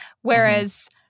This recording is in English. whereas